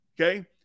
Okay